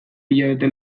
hilabete